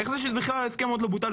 איך זה שההסכם עוד לא בוטל?